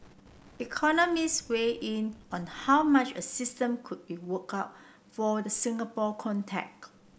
economists weighed in on how much a system could be worked out for the Singapore context